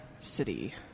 City